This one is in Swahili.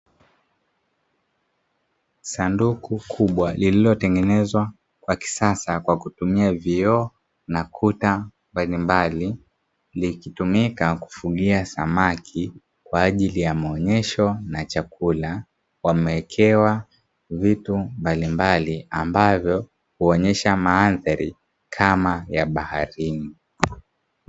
Sanduku kubwa lililotengenezwa kwa kisasa kwa kutumia vioo na kuta mbalimbali, likitumika kufugia samaki kwa ajili ya maonyesho na chakula; wamewekewa vitu mbalimbali ambavyo huonyesha mandhari kama ya baharini.